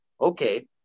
okay